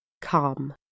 Calm